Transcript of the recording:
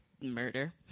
Murder